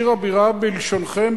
עיר הבירה בלשונכם,